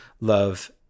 love